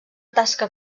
tasca